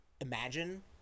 imagine